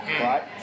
right